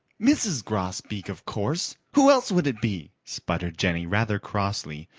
mrs. grosbeak, of course. who else would it be? sputtered jenny rather crossly,